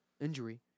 Injury